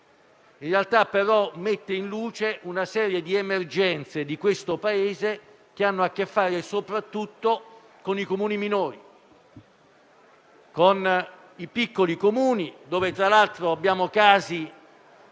in realtà mette in luce una serie di emergenze del nostro Paese che hanno a che fare soprattutto con i Comuni minori, con i piccoli Comuni. Ricordo, tra l'altro, come abbiamo